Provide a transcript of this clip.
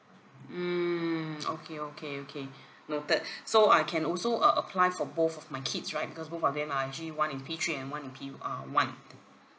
mm okay okay okay noted so I can also uh apply for both of my kids right because both of them are actually one in P three and one in P uh one